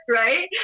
right